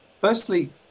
Firstly